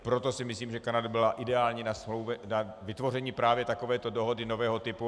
Proto si myslím, že Kanada byla ideální na vytvoření právě takovéto dohody nového typu.